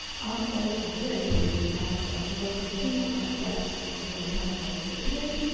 i'm also very pleased to have to welcome two guests that we have invited for today.